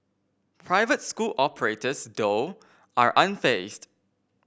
private school operators though are unfazed